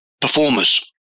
performers